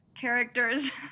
characters